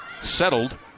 Settled